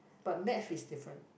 but maths is different